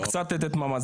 שאת החלק שמגיע לא יקבלו.